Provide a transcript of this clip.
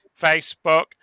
Facebook